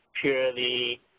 purely